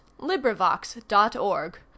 LibriVox.org